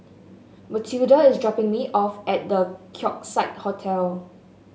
Mathilda is dropping me off at The Keong Saik Hotel